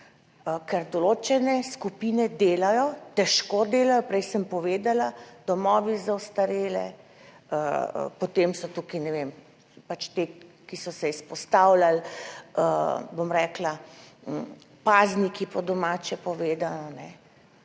Ker določene skupine delajo, težko delajo, prej sem povedala: domovi za ostarele, potem so tukaj ti, ki so se izpostavljali, pazniki, po domače povedano,